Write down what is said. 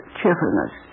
cheerfulness